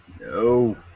No